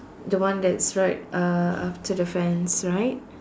the one that's right uh after the fence right